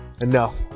Enough